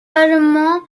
allemand